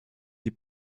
die